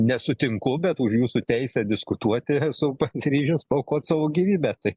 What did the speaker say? nesutinku bet už jūsų teisę diskutuoti esu pasiryžęs paaukoti savo gyvybę tai